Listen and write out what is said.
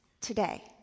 today